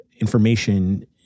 information